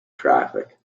traffic